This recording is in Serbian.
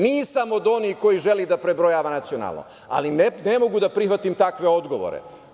Nisam od onih koji želi da prebrojava nacionalno, ali ne mogu da prihvatim takve odgovore.